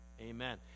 Amen